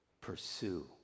pursue